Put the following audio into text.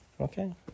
okay